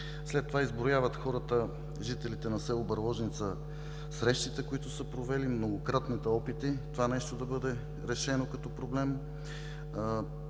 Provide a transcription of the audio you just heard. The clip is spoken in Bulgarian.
След това хората – жители на село Бърложница, изброяват срещите, които са провели и многократните опити това нещо да бъде решено като проблем.